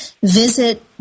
visit